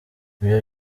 ibyo